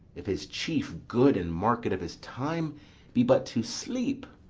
if his chief good and market of his time be but to sleep